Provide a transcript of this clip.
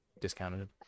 discounted